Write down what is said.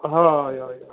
हय हय